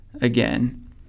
again